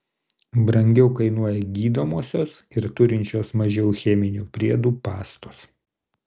brangiau kainuoja gydomosios ir turinčios mažiau cheminių priedų pastos